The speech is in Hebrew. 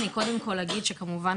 אני קודם כל אגיד שכמובן,